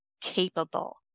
capable